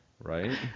Right